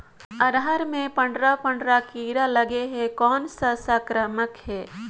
अरहर मे पंडरा पंडरा कीरा लगे हे कौन सा संक्रमण हे?